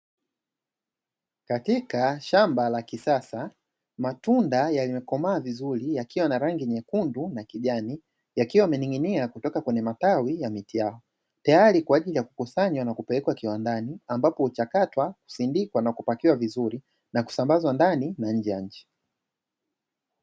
Katika shamba la kisasa matunda yenye kukomaa vizuri, yakiwa yana rangi nyekundu na kijani, yakiwa yamening'ia kutoka kwenye matawi kwa ajili ya miti yao. Tayari kwa ajili ya kukusanya na kupeleka kiwandani ambapo huchakatwa, husindikwa na kupakiwa vizuri na kusambazwa ndani na nje ya nchi.